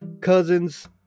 cousins